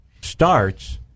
starts